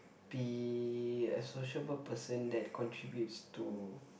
be a sociable person that contributes to